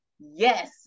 yes